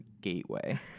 gateway